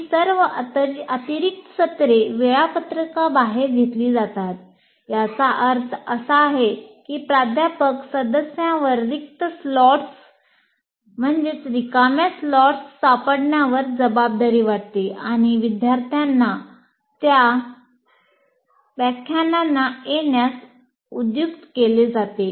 ही सर्व अतिरिक्त सत्रे वेळापत्रकबाहेर घेतली जातात याचा अर्थ असा आहे की प्राध्यापक सदस्यावर रिक्त स्लॉट्स सापडण्यावर जबाबदारी वाटते आणि विद्यार्थ्यांना त्या व्याख्यानांना येण्यास उद्युक्त केले जाते